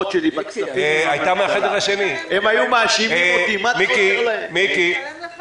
בשביל להבהיר שזה לא מגדיל את תקרת